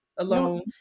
alone